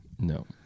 No